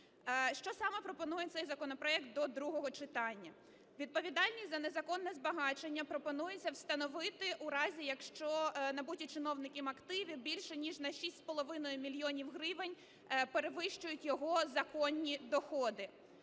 Що саме пропонує цей законопроект до другого читання. Відповідальність за незаконне збагачення пропонується встановити в разі, якщо набутті чиновниками активи більше ніж на 6,5 мільйонів гривень перевищують його законні доходи.